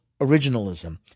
originalism